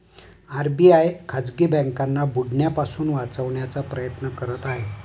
RBI खाजगी बँकांना बुडण्यापासून वाचवण्याचा प्रयत्न करत आहे